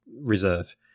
reserve